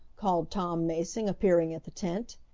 called tom mason, appearing at the tent,